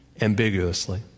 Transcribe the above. ambiguously